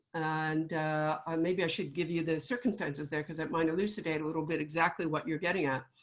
and maybe i should give you the circumstances there, because it might elucidate a little bit exactly what you're getting at.